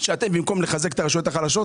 שאתם במקום לחזק את הרשויות החלשות,